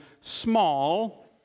small